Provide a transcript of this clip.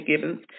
Gibbons